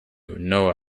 know